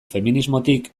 feminismotik